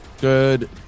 Good